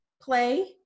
play